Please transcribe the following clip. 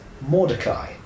Mordecai